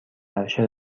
عرشه